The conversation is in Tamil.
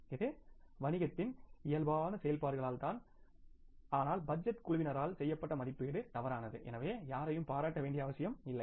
இது வணிகத்தின் இயல்பான செயல்பாடுகளால் தான் ஆனால் பட்ஜெட் குழுவினரால் செய்யப்பட்ட மதிப்பீடு தவறானது எனவே யாரையும் பாராட்ட வேண்டிய அவசியமில்லை